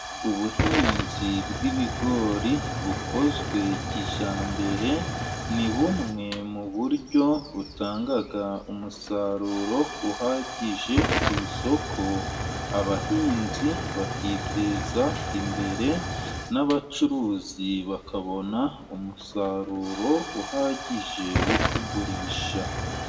Ubuhinzi bw'ibigori bukozwe kijyambere ni bumwe mu buryo butanga umusaruro uhagije ku isoko; abahinzi bakiteza imbere, n'abacuruzi bakabona umusaruro uhagije wo kugurisha.